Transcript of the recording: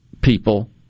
people